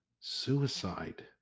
suicide